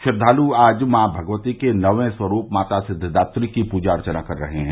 श्रद्वालु आज मॉ भगवती के नौवें स्वरूप माता सिद्दिदात्री की पूजा अर्वना कर रहे हैं